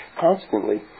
constantly